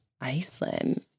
Iceland